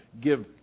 give